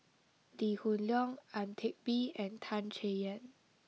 Lee Hoon Leong Ang Teck Bee and Tan Chay Yan